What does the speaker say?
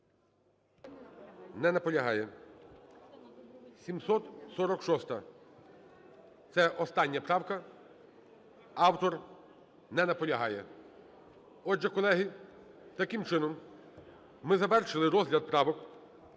Не наполягає. 746-а. Це остання правка, автор не наполягає. Отже, колеги, таким чином, ми завершили розгляд правок